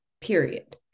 period